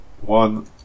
One